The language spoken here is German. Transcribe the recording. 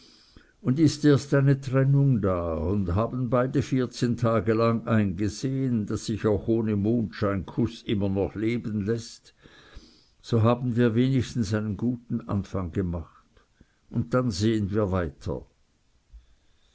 und ist erst eine trennung da und haben beide vierzehn tage lang eingesehn daß sich auch ohne mondscheinkuß immer noch leben läßt so haben wir wenigstens einen guten anfang gemacht und dann sehen wir weiter